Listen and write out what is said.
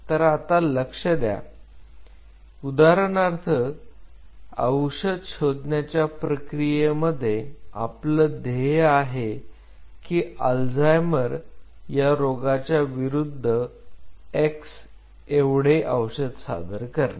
तर आता लक्ष द्या उदाहरणार्थ औषध शोधण्याच्या प्रक्रियेमध्ये आपलं ध्येय आहे की अल्झायमर या रोगाच्या विरुद्ध x एवढे औषध सादर करणे